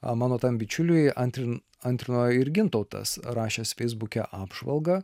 manotam bičiuliui antrino ir gintautas rašęs feisbuke apžvalgą